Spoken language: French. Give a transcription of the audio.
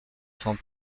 cent